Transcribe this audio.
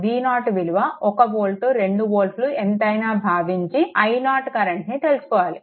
V0 విలువ 1 volt రెండు వోల్ట్లు ఎంతైనా భావించి i0 కరెంట్ని తెలుసుకోవాలి